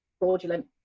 fraudulent